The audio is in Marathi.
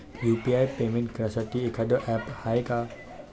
यू.पी.आय पेमेंट करासाठी एखांद ॲप हाय का?